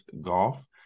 Golf